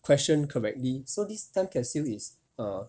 question correctly so this time capsule is err